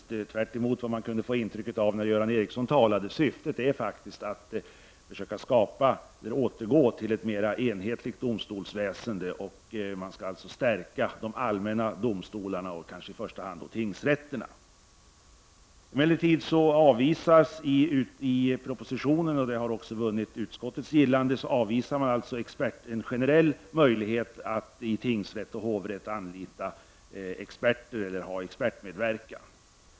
Tvärtemot det intryck som Göran Ericssons anförande kunde ge är faktiskt syftet att vi vill försöka återgå till ett mera enhetligt domstolsväsende. Man skall alltså stärka de allmänna domstolarna, kanske i första hand tingsrätterna. I propositionen avvisas en generell möjlighet att i tingsrätt och hovrätt ha expertmedverkan. Även utskottsmajoriteten har avvisat detta.